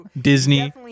Disney